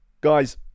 guys